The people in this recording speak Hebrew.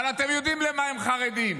אבל אתם יודעים למה הם חרדים,